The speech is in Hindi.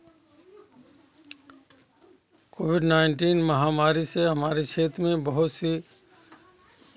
कोविड नाइंटीन महामारी से हमारे क्षेत्र में बहुत से